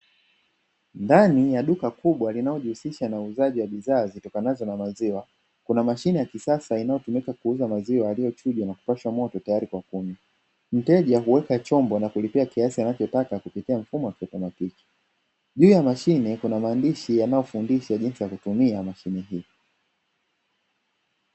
Ndani ya duka kubwa linaojihusisha na uuzaji wa bidhaa zitokanazo na maziwa kuna mashine ya kisasa inayotumika kuuza maziwa aliyochujwa na kupashwa moto tayari kwa kumi mteja huweka chombo na kulipia kiasi anachotaka kupitia mfumo wa kiautomatiki, juu ya mashine kuna maandishi yanayofundisha jinsi ya kutumia mashine hiyo.